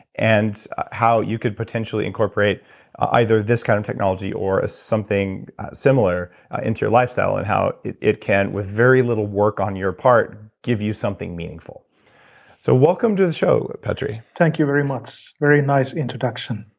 and how you could potentially incorporate either this kind of technology, or as something similar into your lifestyle, and how it it can with very little work on your part, give you something meaningful so welcome to the show petteri thank you very much, very nice introduction